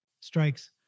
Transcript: Strikes